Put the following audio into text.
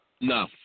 No